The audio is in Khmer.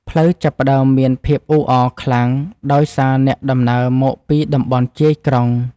ផ្លូវចាប់ផ្ដើមមានភាពអ៊ូអរខ្លាំងដោយសារអ្នកដំណើរមកពីតំបន់ជាយក្រុង។